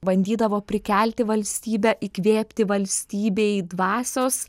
bandydavo prikelti valstybę įkvėpti valstybei dvasios